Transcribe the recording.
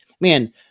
man